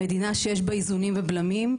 מדינה שיש בה איזונים ובלמים,